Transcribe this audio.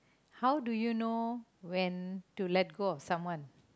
how do you know when to let go of someone